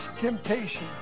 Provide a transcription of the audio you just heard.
temptation